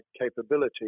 capability